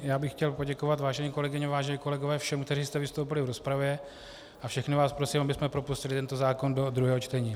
Já bych chtěl poděkovat, vážené kolegyně a vážení kolegové, všem, kteří jste vystoupili v rozpravě, a všechny vás prosím, abychom propustili tento zákon do druhého čtení.